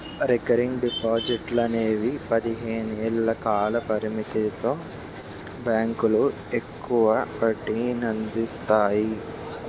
recurring డిపాజిట్లు అనేవి పదిహేను ఏళ్ల కాల పరిమితితో బ్యాంకులు ఎక్కువ వడ్డీనందిస్తాయి